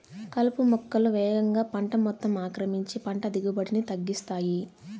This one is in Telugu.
కలుపు మొక్కలు వేగంగా పంట మొత్తం ఆక్రమించి పంట దిగుబడిని తగ్గిస్తాయి